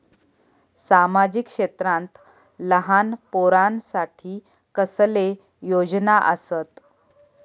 सामाजिक क्षेत्रांत लहान पोरानसाठी कसले योजना आसत?